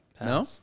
No